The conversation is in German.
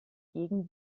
gegen